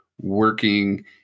working